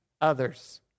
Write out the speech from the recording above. others